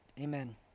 Amen